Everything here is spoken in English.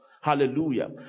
Hallelujah